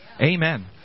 Amen